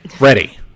ready